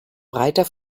breiter